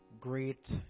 great